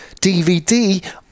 DVD